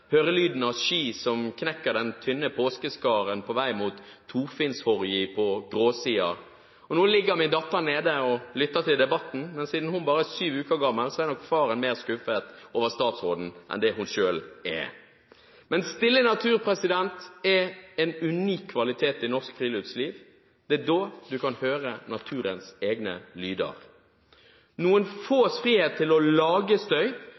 høre lyden av ski som knekker den tynne påskeskaren på vei mot Torfinnshorgi på Gråsida. Nå ligger min datter nede og lytter til debatten, men siden hun bare er syv uker gammel, er nok faren mer skuffet over statsråden enn hun selv er. Men stille natur er en unik kvalitet i norsk friluftsliv. Det er da du kan høre naturens egne lyder. Noen fås frihet til å lage støy